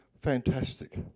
fantastic